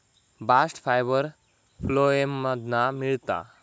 bast fibre phloem मधना मिळता